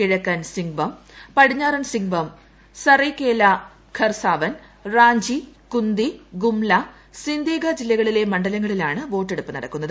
കിഴക്കൻ സിംഗ്ബം പടിഞ്ഞാറൻ സിംഗ്ബം സറയ്കേല ഖർസാവൻ റാഞ്ചി കുന്തി ഗുമ്ല സിംദേഗ ജില്ലകളിലെ മണ്ഡലങ്ങളിലാണ് വോട്ടെടുപ്പ് നടക്കുന്നത്